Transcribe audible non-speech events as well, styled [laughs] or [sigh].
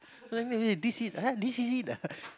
this it !huh! this is it ah [laughs]